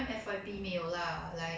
quite sad lah